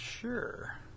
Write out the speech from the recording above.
Sure